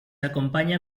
acompaña